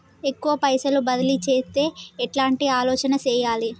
ఎక్కువ పైసలు బదిలీ చేత్తే ఎట్లాంటి ఆలోచన సేయాలి?